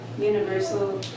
universal